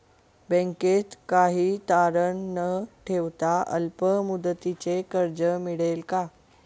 बँकेत काही तारण न ठेवता अल्प मुदतीचे कर्ज मिळेल का?